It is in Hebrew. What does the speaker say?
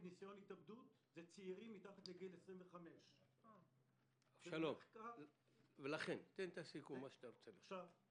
ניסיון התאבדות הם צעירים מתחת לגיל 25. שפ"י,